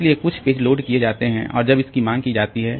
इसलिए केवल कुछ पेज लोड किए जाते हैं और जब इसकी मांग की जाती है